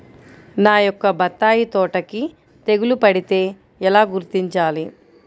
నా యొక్క బత్తాయి తోటకి తెగులు పడితే ఎలా గుర్తించాలి?